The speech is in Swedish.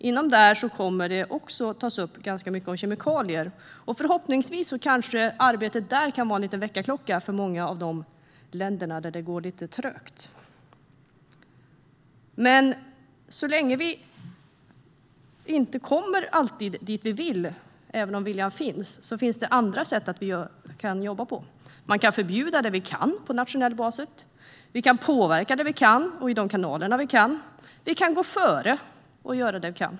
Inom detta kommer det att tas upp ganska mycket om kemikalier, och förhoppningsvis kan det arbetet vara en väckarklocka för många av de länder där det går lite trögt. Vi kommer inte alltid dit vi vill även om viljan finns, men det finns andra sätt att jobba på. Vi kan förbjuda det vi kan på nationell basis. Vi kan påverka det vi kan i de kanaler där vi kan. Vi kan gå före och göra det vi kan.